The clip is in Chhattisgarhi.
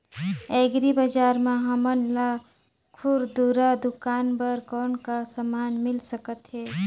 एग्री बजार म हमन ला खुरदुरा दुकान बर कौन का समान मिल सकत हे?